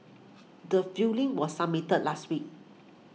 the filing was submitted last week